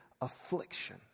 affliction